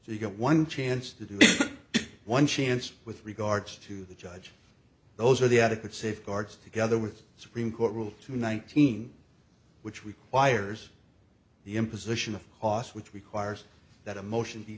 so you get one chance to do one chance with regards to the judge those are the adequate safeguards together with the supreme court rule two nineteen which requires the imposition of cost which requires that a motion he